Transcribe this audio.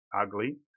ugly